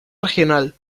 regional